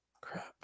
Crap